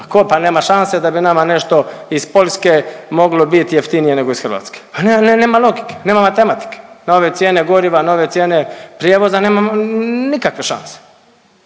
tko, pa nema šanse da bi nama nešto iz Poljske moglo biti jeftinije nego iz Hrvatske, pa nema logike, nema matematike. Na ove cijene goriva, na ove cijene prijevoza nema nikakve šanse,